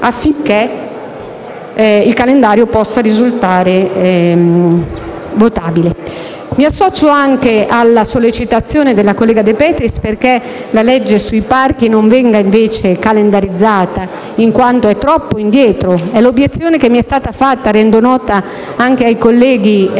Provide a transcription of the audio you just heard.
affinché il calendario possa essere condiviso. Mi associo anche alla sollecitazione della collega De Petris perché la legge sui parchi non venga calendarizzata in quanto è troppo indietro. È la stessa obiezione che mi è stata rivolta - la rendo nota ai colleghi